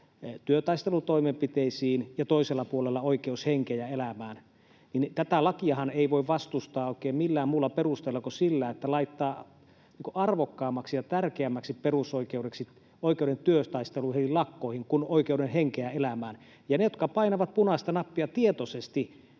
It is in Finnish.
työtaistelutoimenpiteisiin ja toisella puolella oikeus henkeen ja elämään, niin tätä lakiahan ei voi vastustaa oikein millään muulla perusteella kuin sillä, että laittaa arvokkaammaksi ja tärkeämmäksi perusoikeudeksi oikeuden työtaisteluihin, lakkoihin, kuin oikeuden henkeen ja elämään. Ja ne, jotka painavat punaista nappia tietoisesti,